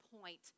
point